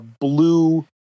blue